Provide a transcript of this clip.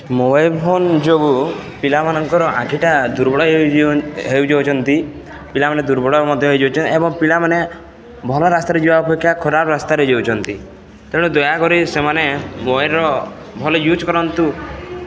mobile phone ଯୋଗୁଁ ପିଲାମାନଙ୍କର ଆଖିଟା ଦୁର୍ବଳ ହେଇଯି ହେଇଯାଉଛନ୍ତି ପିଲାମାନେ ଦୁର୍ବଳ ମଧ୍ୟ ହେଇଯାଉଛନ୍ତି ଏବଂ ପିଲାମାନେ ଭଲ ରାସ୍ତାରେ ଯିବା ଅପେକ୍ଷା ଖରାପ ରାସ୍ତାରେ ଯାଉଛନ୍ତି ତେଣୁ ଦୟାକରି ସେମାନେ ମୋବାଇଲର ଭଲ ୟୁଜ କରନ୍ତୁ